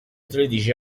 tredici